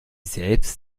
selbst